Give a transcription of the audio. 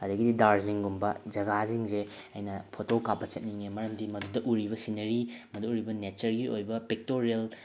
ꯑꯗꯒꯤꯗꯤ ꯗꯥꯔꯖꯂꯤꯡꯒꯨꯝꯕ ꯖꯥꯒꯥꯁꯤꯡꯁꯦ ꯑꯩꯅ ꯐꯣꯇꯣ ꯀꯥꯞꯄ ꯆꯠꯅꯤꯡꯉꯦ ꯃꯔꯝꯗꯤ ꯃꯗꯨꯗ ꯎꯔꯤꯕ ꯁꯤꯟꯅꯔꯤ ꯃꯗꯨꯗ ꯎꯔꯤꯕ ꯅꯦꯆꯔꯒꯤ ꯑꯣꯏꯕ ꯄꯤꯛꯇꯣꯔꯤꯌꯦꯜ